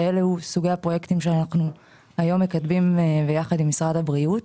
אלה סוגי הפרויקטים שאנחנו היום מקדמים עם משרד הבריאות.